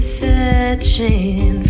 searching